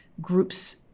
groups